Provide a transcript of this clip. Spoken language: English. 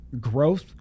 growth